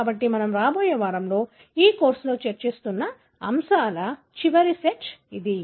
కాబట్టి మనము రాబోయే వారంలో ఈ కోర్సులో చర్చిస్తున్న అంశాల చివరి సెట్ ఇది